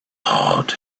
heart